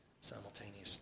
simultaneously